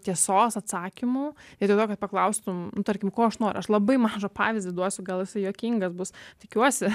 tiesos atsakymų vietoj to kad paklaustum tarkim ko aš noriu aš labai mažą pavyzdį duosiu gal jisai juokingas bus tikiuosi